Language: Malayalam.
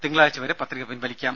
തിങ്കളാഴ്ച വരെ പത്രിക പിൻവലിക്കാം